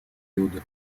периоды